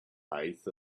height